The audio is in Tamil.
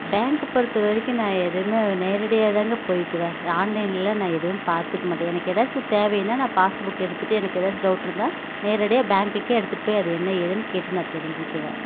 பேங்க்கை பொறுத்தை வரைக்கும் நான் எதுவும் நேரடியாக தாங்க போயிக்குவேன் ஆன்லைனில் நான் எதுவும் பார்த்துக்கமாட்டேன் எனக்கு எதாச்சு தேவைனா நான் பாஸ்புக் எடுத்துகிட்டு எனக்கு எதாச்சு டவுட்ருந்தால் நேரடியாக பேங்க்குக்கு எடுத்துகிட்டு போய் அது என்ன ஏதுன்னு கேட்டு நான் தெரிஞ்சுக்குவேன்